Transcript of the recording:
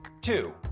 Two